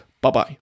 Bye-bye